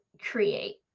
create